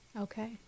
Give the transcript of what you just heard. okay